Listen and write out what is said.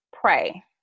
pray